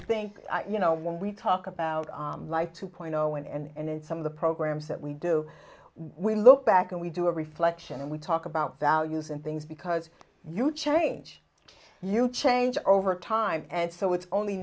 think you know when we talk about i like two point zero one and in some of the programs that we do we look back and we do a reflection and we talk about value and things because you change you change over time and so it's only